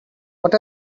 what